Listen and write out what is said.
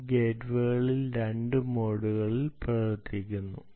ഈ ഗേറ്റ്വേ രണ്ട് മോഡുകളിൽ പ്രവർത്തിക്കുന്നു